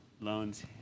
loans